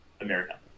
America